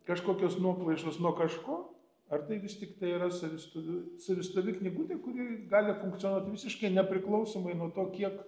kažkokios nuoplaišos nuo kažko ar tai vis tiktai yra savistovių savistovi knygutė kuri gali funkcionuot visiškai nepriklausomai nuo to kiek